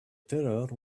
terror